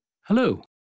Hello